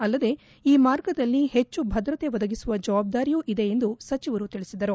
ಅಲ್ಲದೇ ಈ ಮಾರ್ಗದಲ್ಲಿ ಹೆಚ್ಚು ಭದ್ರತೆ ಒದಗಿಸುವ ಜವಾಬ್ದಾರಿಯೂ ಇದೆ ಎಂದು ಸಚಿವರು ತಿಳಿಸಿದರು